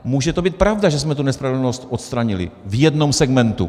A může to být pravda, že jsme tu nespravedlnost odstranili v jednom segmentu.